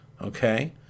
Okay